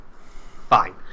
Fine